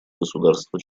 государства